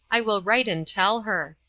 i will write and tell her.